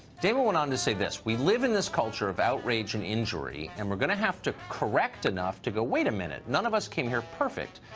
damon went on to say this we live in this culture of outrage and injury, and we're gonna have to correct enough to go wait a minute, none of came here perfect.